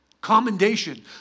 commendation